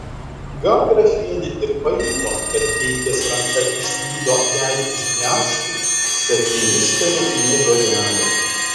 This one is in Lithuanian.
gal grafienė ir pajuto kad keitės ranka išslydo jai iš gniaužtų bet neištarė nė žodelio